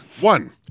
One